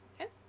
Okay